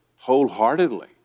wholeheartedly